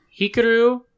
hikaru